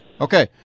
Okay